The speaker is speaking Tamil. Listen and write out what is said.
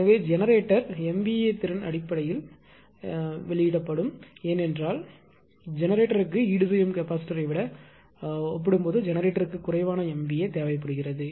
எனவே ஜெனரேட்டர் MVA திறன் அடிப்படையில் MVA வெளியிடப்படும் ஏனென்றால் ஜெனரேட்டருக்கு ஈடுசெய்யும் கெப்பாசிட்டர்யை விட ஒப்பிடும்போது ஜெனரேட்டருக்கு குறைவான MVA தேவைப்படுகிறது